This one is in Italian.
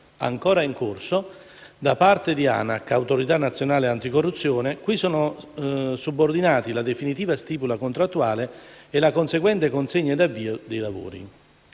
ancora in corso, da parte di ANAC (Autorità nazionale anticorruzione), cui sono subordinati la definitiva stipula contrattuale e la conseguente consegna ed avvio dei lavori.